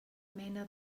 mena